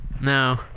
No